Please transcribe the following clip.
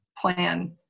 plan